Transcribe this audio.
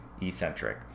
eccentric